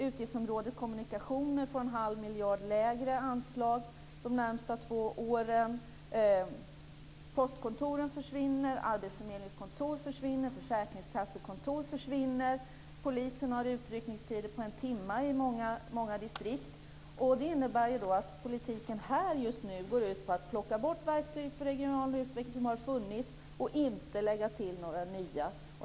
Utgiftsområdet kommunikationer får en halv miljard mindre i anslag de närmaste två åren. Postkontoren försvinner. Arbetsförmedlingskontor försvinner. Försäkringskassekontor försvinner. Polisen har utryckningstider på en timme i många distrikt. Detta innebär att politiken just nu går ut på att plocka bort de verktyg för regional utveckling som har funnits och inte lägga till några nya.